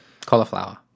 Cauliflower